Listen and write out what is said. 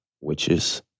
witches